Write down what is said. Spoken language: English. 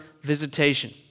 visitation